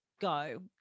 go